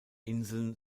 inseln